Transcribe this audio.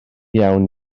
iawn